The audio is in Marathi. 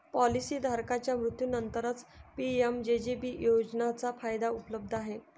पॉलिसी धारकाच्या मृत्यूनंतरच पी.एम.जे.जे.बी योजनेचा फायदा उपलब्ध आहे